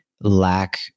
lack